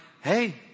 Hey